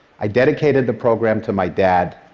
i dedicated the program to my dad,